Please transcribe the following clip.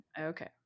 Okay